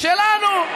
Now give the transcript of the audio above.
שלנו.